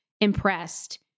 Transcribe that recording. impressed